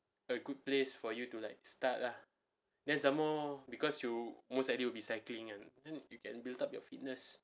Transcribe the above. a good place for you to like start lah then some more because you most likely will be cycling and then you can build up your fitness